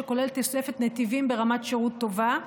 שכולל תוספת נתיבים ברמת שירות טובה,